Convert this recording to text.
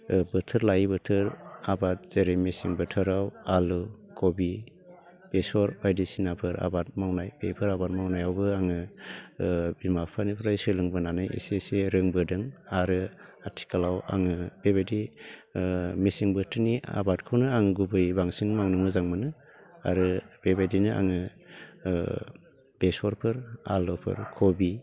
ओ बोथोर लायै बोथोर आबाद जेरै मेसें बोथोराव आलु खबि बेसर बायदिसिनाफोर आबाद मावनाय बेफोर आबाद मावनायावबो आङो ओ बिमा बिफानिफ्राय सोलोंबोनानै एसे एसे रोंबोदों आरो आथिखालाव आङो बेबायदि ओ मेसें बोथोरनि आबादखौनो आं गुबैयै बांसिन मावनो मोजां मोनो आरो बेबायदिनो आङो ओ बेसरफोर आलुफोर खबि